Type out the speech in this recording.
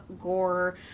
gore